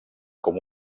com